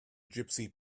gypsy